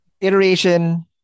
iteration